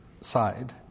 side